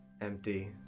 empty